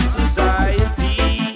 society